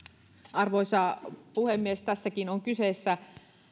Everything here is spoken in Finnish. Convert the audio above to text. arvoisa puhemies tässäkin on kyseessä